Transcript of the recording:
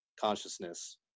consciousness